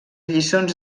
lliçons